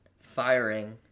firing